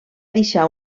deixar